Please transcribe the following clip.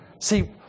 See